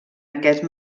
aquest